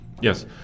Yes